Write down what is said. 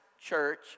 Church